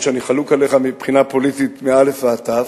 אף-על-פי שאני חלוק עליך מבחינה פוליטית מאלף ועד תיו,